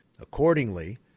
Accordingly